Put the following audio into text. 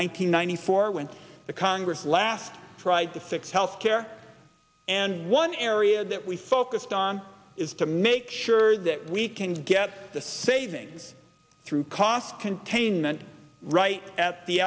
hundred ninety four when the congress last tried to fix health care and one area that we focused on is to make sure that we can get the savings through cost containment right at the